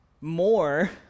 more